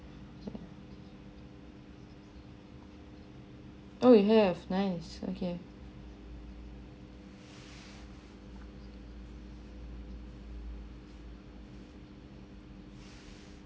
oh you have nice okay